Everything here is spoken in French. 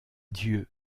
dieu